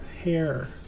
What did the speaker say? hair